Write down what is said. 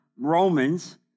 Romans